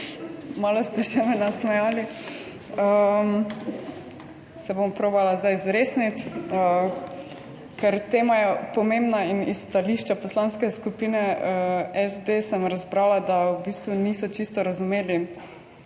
Malo ste š me nasmejali, se bom probala zdaj zresniti, ker tema je pomembna in iz stališča Poslanske skupine SD sem razbrala, da v bistvu niso čisto razumeli